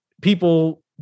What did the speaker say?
people